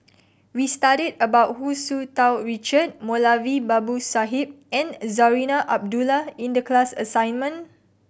we studied about Hu Tsu Tau Richard Moulavi Babu Sahib and Zarinah Abdullah in the class assignment